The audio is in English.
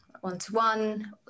one-to-one